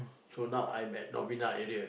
so now I'm at Novena area